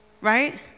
Right